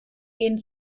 gehen